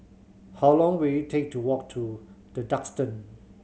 how long will it take to walk to The Duxton